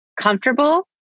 comfortable